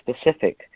specific